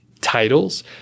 titles